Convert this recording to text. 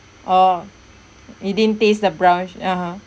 oh you didn't taste the brown (uh huh)